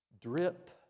drip